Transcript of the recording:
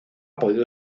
podido